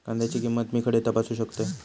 कांद्याची किंमत मी खडे तपासू शकतय?